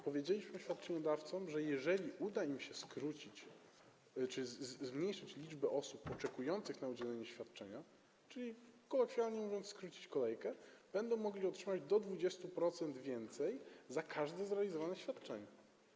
Powiedzieliśmy świadczeniodawcom, że jeżeli uda im się zmniejszyć liczbę osób oczekujących na udzielenie świadczenia, czyli kolokwialnie mówiąc, skrócić kolejkę, będą mogli otrzymać do 20% więcej za każde zrealizowane świadczenie.